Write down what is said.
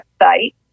website